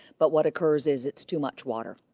but what occurs is, it's too much water.